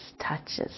touches